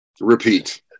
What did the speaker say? Repeat